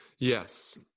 Yes